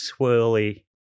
swirly